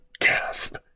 gasp